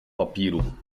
papíru